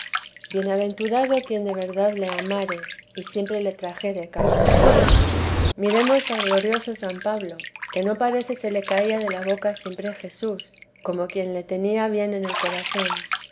bienaventurado quien de verdad le amare y siempre le trajere cabe de sí miremos al glorioso san pablo que no parece se le caía de la boca siempre jesús como quien le tenía bien en el corazón